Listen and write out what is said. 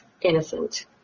innocent